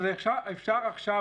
אפשר עכשיו,